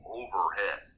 overhead